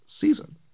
season